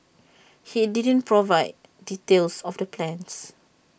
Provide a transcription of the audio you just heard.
he didn't provide details of the plans